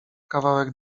kawałek